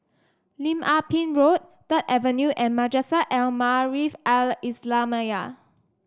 Lim Ah Pin Road Third Avenue and Madrasah Al Maarif Al Islamiah